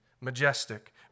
majestic